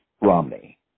Romney